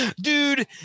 Dude